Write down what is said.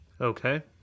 Okay